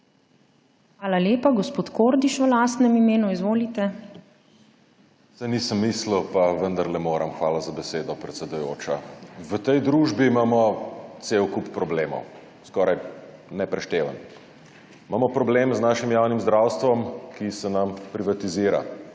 Hvala lepa. Gospod Kordiš v lastnem imenu. Izvolite. MIHA KORDIŠ (PS Levica): Saj nisem mislil, pa vendarle moram. Hvala za besedo, predsedujoča. V tej družbi imamo cel kup problemov, skoraj neprešteven. Problem imamo z našim javnim zdravstvom, ki se nam privatizira.